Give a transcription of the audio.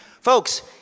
folks